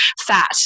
fat